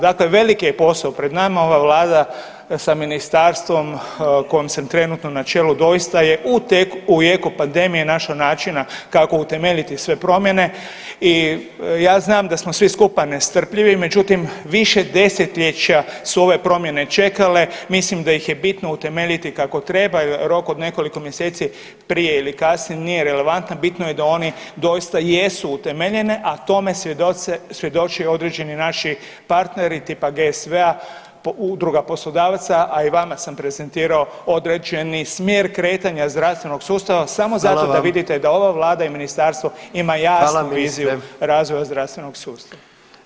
Dakle, velik je posao pred nama ova vlada sa ministarstvom kojem sam trenutno na čelu doista je u jeku pandemije našla načina kako utemeljiti sve promjene i ja znam da smo svi skupa nestrpljivi, međutim više desetljeća su ove promjene čekale mislim da ih je bitno utemeljiti kako treba, a rok od nekoliko mjeseci prije ili kasnije nije relevantan, bitno je da oni doista jesu utemeljene, a tome svjedoče i određeni naši partneri tipa GSV-a, Udruga poslodavaca, a i vama sam prezentirao određeni smjer kretanja zdravstvenog sustava [[Upadica predsjednik: Hvala vam.]] samo zato da ova vlada i ministarstvo ima jasnu [[Upadica predsjednik: Hvala ministre.]] viziju razvoja zdravstvenog sustava.